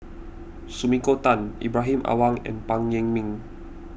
Sumiko Tan Ibrahim Awang and Phan Yen Ming